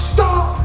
Stop